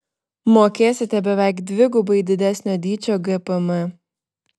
mokėsite beveik dvigubai didesnio dydžio gpm